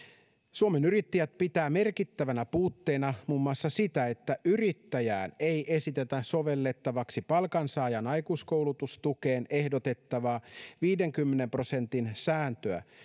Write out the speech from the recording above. suomen yrittäjät pitää merkittävänä puutteena muun muassa sitä että yrittäjään ei esitetä sovellettavaksi palkansaajan aikuiskoulutustukeen ehdotettavaa viidenkymmenen prosentin sääntöä